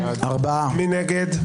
מי נגד?